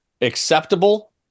acceptable